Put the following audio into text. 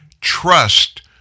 trust